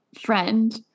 friend